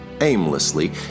Aimlessly